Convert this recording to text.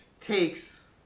takes